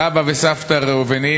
סבא וסבתא ראובני,